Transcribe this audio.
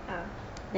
mm